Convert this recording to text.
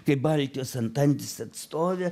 kai baltijos antantės atstovė